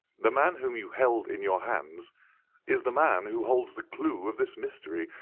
the man whom you held in your hands is the man who holds the clue of this mystery,